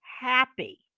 happy